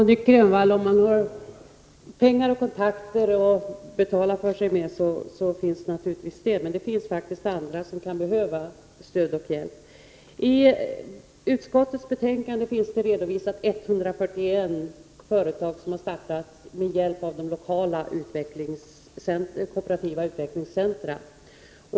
Herr talman! Om man har pengar och kontakter klarar man sig, men det finns faktiskt andra som kan behöva stöd och hjälp. I utskottets betänkande finns redovisat 141 företag som har startats med hjälp av lokala kooperativa utvecklingscentra.